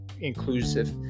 inclusive